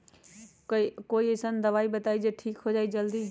कोई अईसन दवाई बताई जे से ठीक हो जई जल्दी?